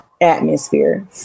atmosphere